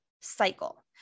cycle